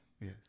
Yes